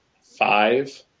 five